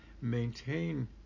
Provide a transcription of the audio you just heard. maintain